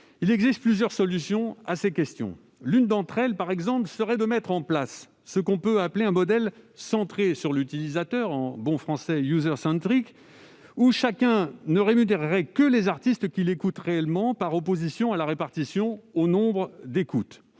Il existe plusieurs solutions à ce problème. L'une d'entre elles serait de mettre en place ce que l'on peut appeler un modèle centré sur l'utilisateur- en bon français -, où chacun ne rémunérerait que les artistes qu'il écoute réellement, par opposition à la répartition au nombre d'écoutes.